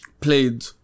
Played